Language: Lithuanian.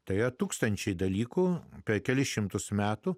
tai tūkstančiai dalykų per kelis šimtus metų